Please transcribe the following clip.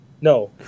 No